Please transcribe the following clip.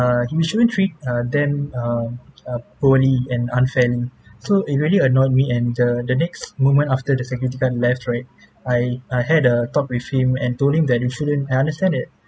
uh you shouldn't treat uh them um uh poorly and unfairly so it really annoyed me and the the next moment after the security guard left right I I had a talk with him and told him that you shouldn't I understand that